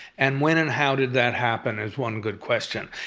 and when and how did that happen is one good question.